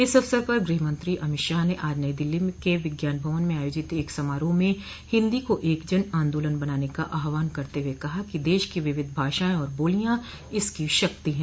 इस अवसर पर गृहमंत्री अमित शाह ने आज नई दिल्ली के विज्ञान भवन में आयोजित एक समारोह में हिन्दी कोएक जन आंदोलन बनाने का आहवान करते हुए कहा कि देश की विविध भाषाएं और बोलियां इसकी शक्ति हैं